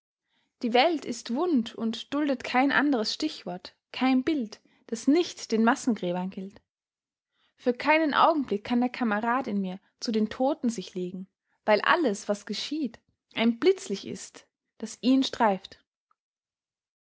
die welt ist wund und duldet kein anderes stichwort kein bild das nicht den massengräbern gilt für keinen augenblick kann der kamerad in mir zu den toten sich legen weil alles was geschieht ein blitzlicht ist das ihn streift